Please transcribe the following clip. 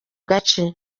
gace